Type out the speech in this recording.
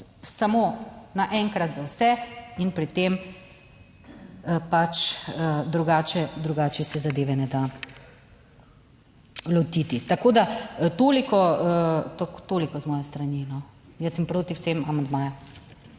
samo naenkrat za vse in pri tem drugače, drugače se zadeve ne da lotiti. Tako da, toliko, toliko z moje strani. Jaz sem proti vsem amandmajem.